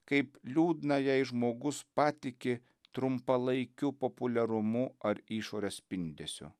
kaip liūdna jei žmogus patiki trumpalaikiu populiarumu ar išorės spindesiu